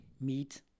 meat